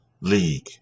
League